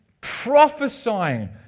prophesying